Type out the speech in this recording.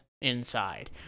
Inside